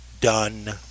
done